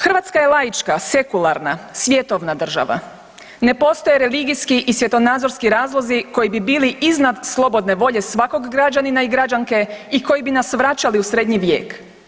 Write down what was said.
Hrvatska je laička, sekularna, svjetovna država, ne postoje religijski i svjetonazorski razlozi koji bi bili iznad slobodne volje svakog građanina i građanke i koji bi nas vraćali u srednji vijek.